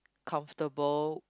comfortable